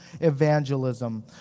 evangelism